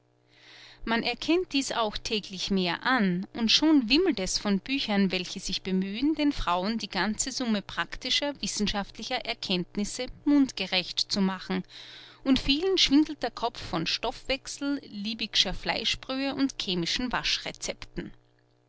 man erkennt dies auch täglich mehr an und schon wimmelt es von büchern welche sich bemühen den frauen die ganze summe praktischer wissenschaftlicher erkenntnisse mundgerecht zu machen und vielen schwindelt der kopf von stoffwechsel liebig'scher fleischbrühe und chemischen